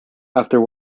after